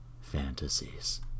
fantasies